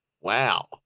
Wow